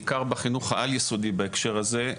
בעיקר בחינוך העל יסודי בהקשר הזה,